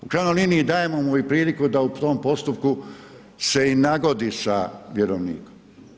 U krajnjoj liniji, dajemo mu i priliku da u tom postupku se i nagodi sa vjerovnikom.